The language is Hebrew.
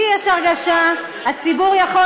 לי יש הרגשה יש לציבור זכות לדעת את זה.